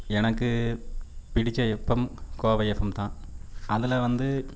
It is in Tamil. எனக்கு பிடித்த எஃப் எம் கோவை எஃப்எம் தான் அதில் வந்து